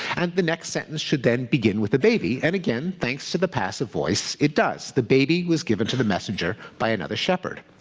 and the next sentence should then begin with the baby. and again, thanks to the passive voice, it does. the baby was given to the messenger by another shepherd.